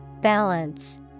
Balance